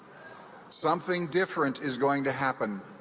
something different is going to happen.